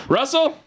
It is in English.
Russell